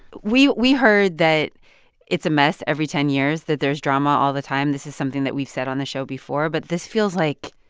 we we heard that it's a mess every ten years, that there's drama all the time. this is something that we've said on the show before. but this feels, like,